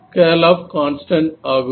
curl of constant ஆகும்